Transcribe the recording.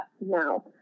now